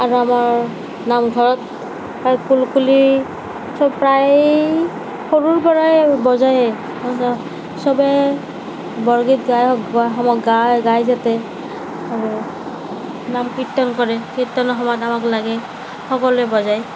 আৰু আমাৰ নামঘৰত কুলকুলি প্ৰায় সৰুৰ পৰাই বজায় সবেই বৰগীত গায় তাতে নাম কীৰ্ত্তন কৰে কীৰ্ত্তনৰ সময়ত আমাক লাগে সকলোৱে বজায়